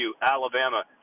Alabama